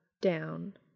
down